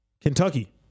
Kentucky